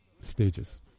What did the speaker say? Stages